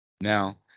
Now